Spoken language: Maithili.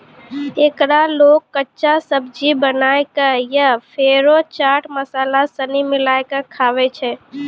एकरा लोग कच्चा, सब्जी बनाए कय या फेरो चाट मसाला सनी मिलाकय खाबै छै